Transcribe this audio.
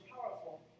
powerful